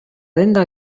denda